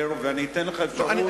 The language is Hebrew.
ואני אתן לך אפשרות לנצל את הזמן.